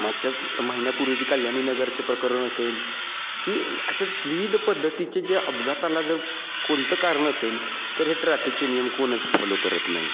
मागच्याच महिन्यापूर्वीची कल्याणी नगरचे प्रकरण असेल की असेच विविध पद्धतीचे जे अपघाताला जर कोणतं कारण असेल तर हे ट्रॅपिकचे नियम कोणच फॉलो करत नाही